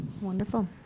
Wonderful